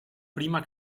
prima